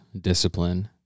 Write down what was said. discipline